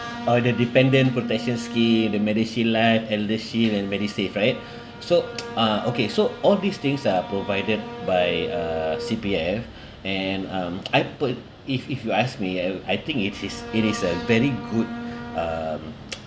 or the dependent protection scheme the medishield life eldershield and medisave right so uh okay so all these things are provided by uh C_P_F and um I per~ if if you ask me I'd I think it is it is a very good um